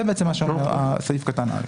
זה בעצם מה שאומר סעיף קטן (א).